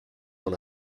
dans